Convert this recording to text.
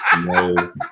No